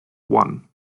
won